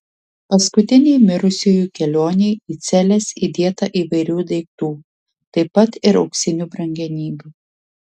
paskutinei mirusiųjų kelionei į celes įdėta įvairių daiktų taip pat ir auksinių brangenybių